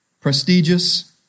Prestigious